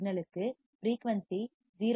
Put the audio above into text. சிக்னலுக்கு ஃபிரீயூன்சி ஜீரோவாக இருக்கும்